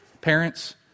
Parents